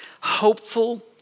hopeful